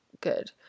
good